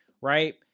right